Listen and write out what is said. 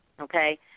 okay